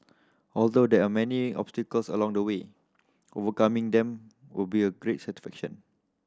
although there are many obstacles along the way overcoming them will be great satisfaction